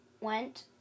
went